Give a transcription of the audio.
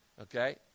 Okay